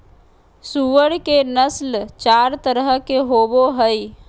सूअर के नस्ल चार तरह के होवो हइ